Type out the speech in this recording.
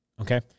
okay